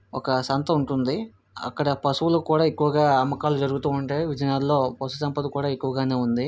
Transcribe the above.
ఒక సంత ఉంటుంది అక్కడ పశువులు కూడా ఎక్కువగా అమ్మకాలు జరుగుతు ఉంటాయి విజయనగరంలో పశు సంపద కూడా ఎక్కువగానే ఉంది